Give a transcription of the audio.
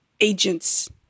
agents